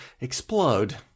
explode